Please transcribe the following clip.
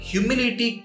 Humility